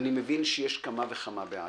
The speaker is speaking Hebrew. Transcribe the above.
אני מבין שיש כמה וכמה בעיות.